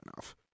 enough